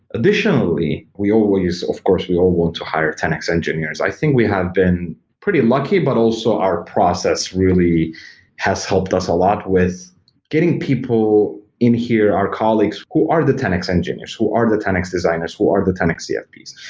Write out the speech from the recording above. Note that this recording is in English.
additionally, of course, we all want to hire ten x engineers. i think we had been pretty lucky, but also our process really has helped us a lot with getting people in here, our colleagues, who are the ten x engineers, who are the ten x designers, who are the ten x cfps.